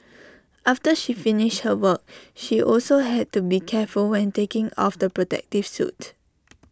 after she finished her work she also had to be careful when taking off the protective suit